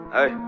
Hey